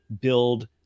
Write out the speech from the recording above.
build